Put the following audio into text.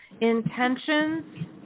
intentions